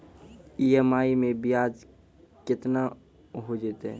EMI मैं ब्याज केतना हो जयतै?